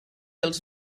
els